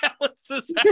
balances